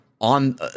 on